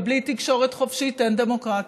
ובלי תקשורת חופשית אין דמוקרטיה.